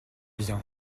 bien